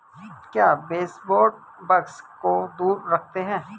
क्या baseboard bugs को दूर रखते हैं?